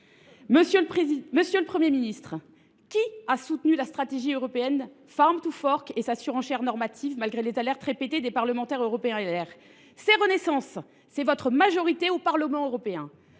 Monsieur le Premier ministre, qui a soutenu la stratégie européenne et sa surenchère normative, malgré les alertes répétées des parlementaires européens ? C’est Renaissance, c’est votre majorité au Parlement européen